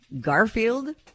Garfield